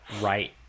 right